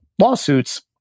lawsuits